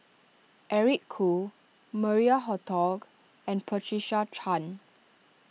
Eric Khoo Maria Hertogh and Patricia Chan